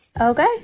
Okay